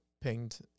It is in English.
pinged